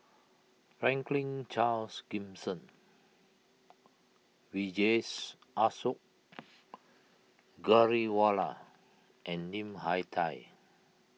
Franklin Charles Gimson Vijesh Ashok Ghariwala and Lim Hak Tai